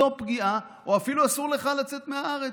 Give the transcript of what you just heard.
או אפילו אסור לך לצאת מהארץ,